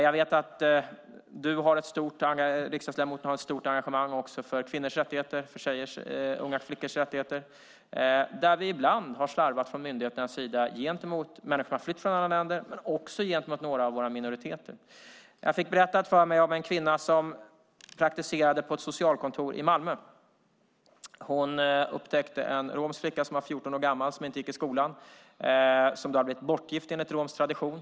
Jag vet att riksdagsledamoten har ett stort engagemang också för kvinnors rättigheter - för tjejers och unga flickors rättigheter. Där har vi ibland slarvat från myndigheternas sida gentemot människor som har flytt från andra länder men också gentemot några av våra minoriteter. Jag fick berättat för mig av en kvinna som praktiserade på ett socialkontor i Malmö. Hon upptäckte en romsk flicka som var 14 år gammal som inte gick i skolan. Hon hade blivit bortgift enligt romsk tradition.